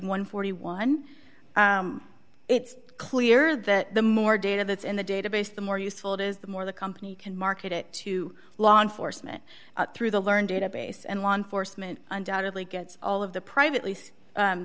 and forty one dollars it's clear that the more data that's in the database the more useful it is the more the company can market it to law enforcement through the learned database and law enforcement undoubtedly gets all of the privately